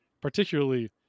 particularly